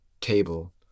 table